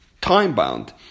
time-bound